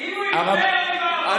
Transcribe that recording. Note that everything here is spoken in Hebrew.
אם הוא יפנה, אוי ואבוי.